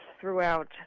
throughout